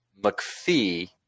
McPhee